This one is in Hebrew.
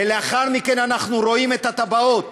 ולאחר מכן אנחנו רואים את התב"עות